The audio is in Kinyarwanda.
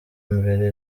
mbere